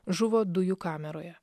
žuvo dujų kameroje